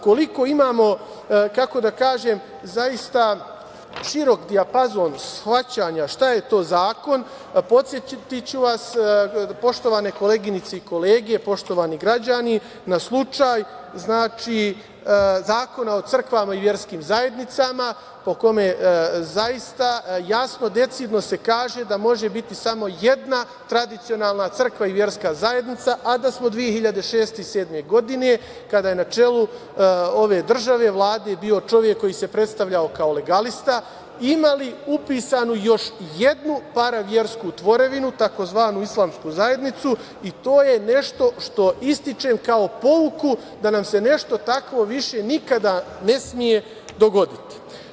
Koliko imamo, kako da kažem, zaista širok dijapazon shvatanja šta je to zakon, podsetiću vas, poštovane koleginice i kolege, poštovani građani, na slučaj Zakona o crkvama i verskim zajednicama, po kome, zaista, jasno, decidno se kaže da može biti samo jedna tradicionalna crkva i verska zajednica, a da smo 2006. i 2007. godine, kada je na čelu ove države i Vlade bio čovek koji se predstavljao kao legalista, imali upisanu još jednu paraversku tvorevinu, tzv. Islamsku zajednicu i to je nešto što ističem kao pouku da nam se nešto tako više nikada ne sme dogoditi.